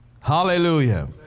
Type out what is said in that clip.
Hallelujah